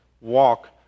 walk